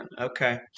Okay